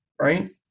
right